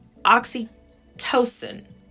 oxytocin